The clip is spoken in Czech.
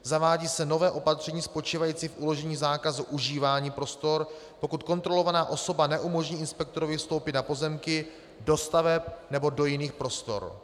Zavádí se nové opatření spočívající v uložení zákazu užívání prostor, pokud kontrolovaná osoba neumožní inspektorovi vstoupit na pozemky, do staveb nebo do jiných prostor.